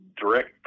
direct